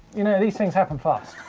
you know these things happen fast.